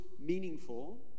meaningful